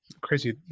Crazy